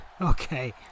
Okay